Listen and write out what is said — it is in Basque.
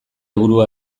burua